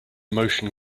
motion